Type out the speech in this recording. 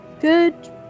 good